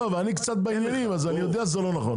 אני קצת בעניינים אז אני יודע שזה לא נכון.